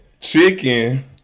Chicken